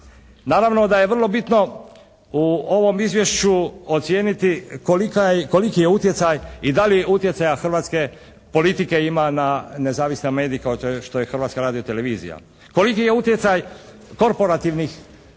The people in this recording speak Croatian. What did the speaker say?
Naravno da je vrlo bitno u ovom izvješću ocijeniti koliko je utjecaj i da li utjecaja hrvatske politike ima na nezavisan medij kao što je Hrvatska radio-televizija, koliki je utjecaj korporativnih institucija,